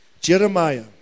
Jeremiah